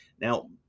Now